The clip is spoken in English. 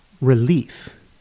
relief